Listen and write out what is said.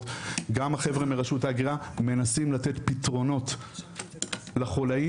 גם אנשי רשות ההגירה מנסים לתת פתרונות לבעיות,